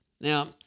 now